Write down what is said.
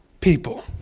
people